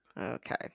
Okay